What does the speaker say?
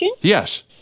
Yes